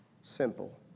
simple